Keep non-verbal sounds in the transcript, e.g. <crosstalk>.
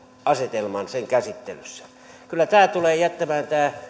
asetelman sen käsittelyssä kyllä tämä <unintelligible>